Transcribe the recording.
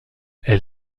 elle